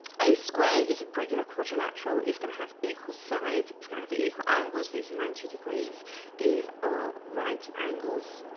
a square is a regular quadrilateral is going to have equal sides it's going to equal angles these are ninety degrees these are right angles